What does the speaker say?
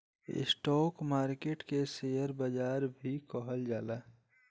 stock market के share बाजार भी कहल जाला